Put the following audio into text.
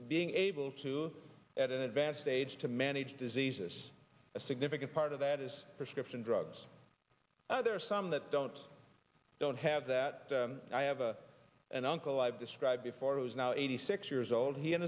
being able to at an advanced age to manage diseases a significant part of that is prescription drugs there are some that don't don't have that i have a an uncle i've described before who is now eighty six years old he and